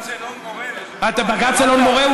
על בג"ץ אלון מורה,